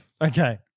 Okay